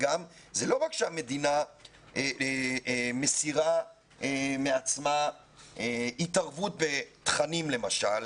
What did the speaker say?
זה לא רק שהמדינה מסירה מעצמה התערבות בתכנים למשל,